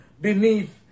beneath